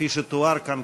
וכפי שתואר כאן,